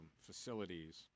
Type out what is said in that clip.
facilities